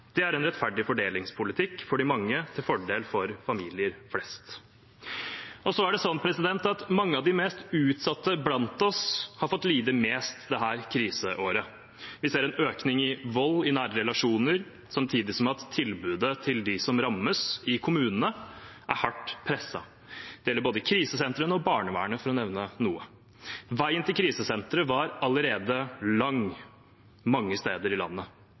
Det er en rettferdig fordelingspolitikk for de mange, til fordel for familier flest. Mange av de mest utsatte blant oss har fått lide mest dette kriseåret. Vi ser en økning i vold i nære relasjoner samtidig som tilbudet til dem som rammes, i kommunene, er hardt presset. Det gjelder både krisesentrene og barnevernet, for å nevne noe. Veien til krisesenteret var allerede lang mange steder i landet,